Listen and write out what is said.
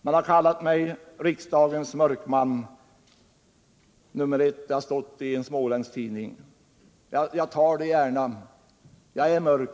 Man har kallat mig riksdagens mörkman nr 1. Det har stått i en småländsk tidning. Jag godtar gärna den beteckningen.